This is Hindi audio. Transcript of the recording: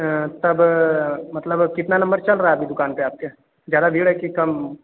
तब मतलब कितना नंबर चल रहा है अभी दुकान पर आपके ज्यादा भीड़ है कि कम